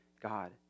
God